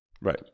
Right